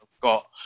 got